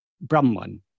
Brahman